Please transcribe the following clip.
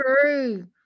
true